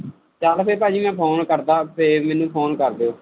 ਚੱਲ ਫਿਰ ਭਾਜੀ ਮੈਂ ਫ਼ੋਨ ਕਰਦਾ ਫਿਰ ਮੈਨੂੰ ਫ਼ੋਨ ਕਰ ਦਿਓ